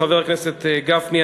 חבר הכנסת גפני,